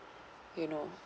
you know